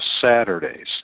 Saturdays